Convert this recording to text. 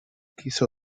quiso